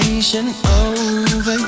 Over